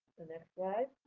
next slide.